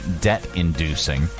debt-inducing